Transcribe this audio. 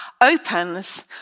opens